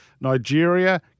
Nigeria